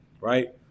right